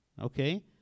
okay